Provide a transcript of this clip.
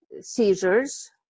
seizures